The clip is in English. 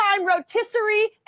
rotisserie